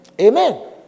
Amen